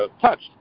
touched